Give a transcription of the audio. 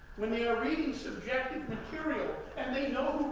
when they are reading subjective material and they know